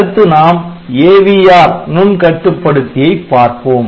அடுத்து நாம் AVR நுண் கட்டுப்படுத்தியை பார்ப்போம்